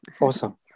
Awesome